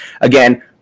Again